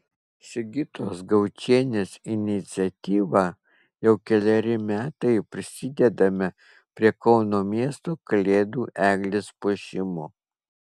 sigitos gaučienės iniciatyva jau keleri metai prisidedame prie kauno miesto kalėdų eglės puošimo